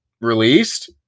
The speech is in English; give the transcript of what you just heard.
released